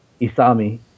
Isami